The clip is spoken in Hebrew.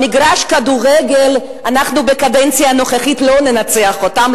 במגרש הכדורגל אנחנו בקדנציה הנוכחית לא ננצח אותם,